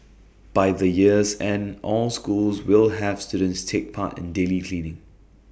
by the year's end all schools will have students take part in daily cleaning